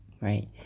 right